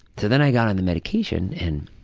so then i got on the medication and